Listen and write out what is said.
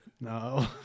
No